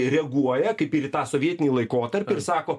reaguoja kaip ir į tą sovietinį laikotarpį ir sako